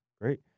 Great